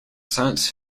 science